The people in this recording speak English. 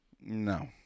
No